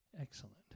excellent